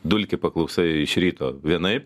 dulkį paklausai iš ryto vienaip